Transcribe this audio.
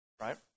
right